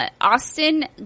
Austin